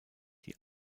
die